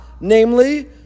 namely